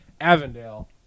Avondale